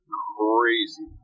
crazy